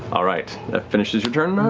all right, that finishes your turn, nott.